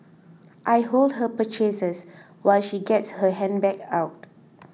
I hold her purchases while she gets her handbag out